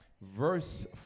Verse